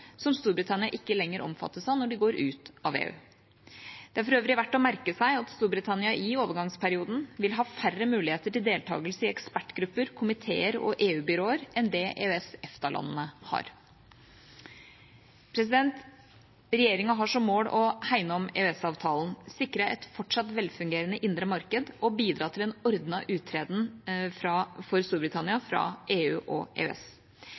som EØS-avtalen, som Storbritannia ikke lenger omfattes av når de går ut av EU. Det er for øvrig verdt å merke seg at Storbritannia i overgangsperioden vil ha færre muligheter til deltakelse i ekspertgrupper, komiteer og EU-byråer enn det EØS/EFTA-landene har. Regjeringa har som mål å hegne om EØS-avtalen, sikre et fortsatt velfungerende indre marked og bidra til en ordnet uttreden for Storbritannia fra EU og EØS.